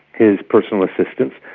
his personal assistants.